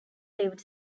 lived